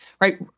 right